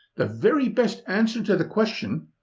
the very best answer to the question,